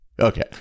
Okay